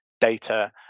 data